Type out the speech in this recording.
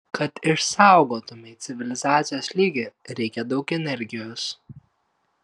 kad išsaugotumei civilizacijos lygį reikia daug energijos